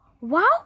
Wow